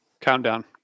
countdown